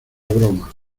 broma